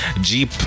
Jeep